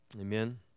Amen